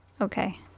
Okay